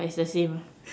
that's the same